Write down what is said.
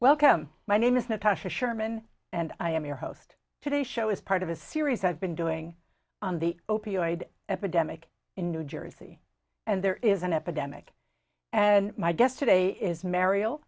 welcome my name is natasha sherman and i am your host today show is part of a series i've been doing on the opioid epidemic in new jersey and there is an epidemic and my guest today is mariel